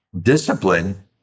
discipline